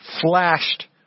flashed